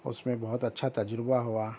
اس میں بہت اچھا تجربہ ہوا